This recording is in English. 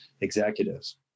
executives